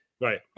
Right